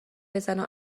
بزنه